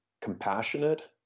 compassionate